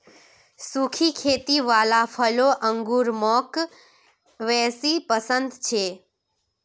सुखी खेती वाला फलों अंगूर मौक बेसी पसन्द छे